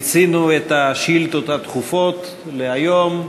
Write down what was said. מיצינו את השאילתות הדחופות להיום.